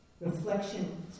reflection